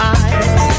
eyes